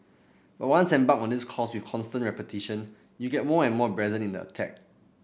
but once embarked on this course with constant repetition you get more and more brazen in the attack